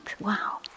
Wow